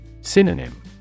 Synonym